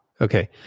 Okay